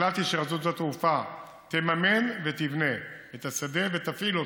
החלטתי שרשות שדות התעופה תממן ותבנה את השדה ותפעיל אותו.